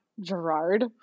Gerard